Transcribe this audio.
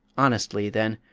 honestly, then,